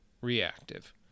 reactive